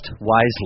wisely